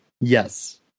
Yes